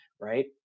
Right